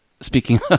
speaking